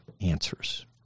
answers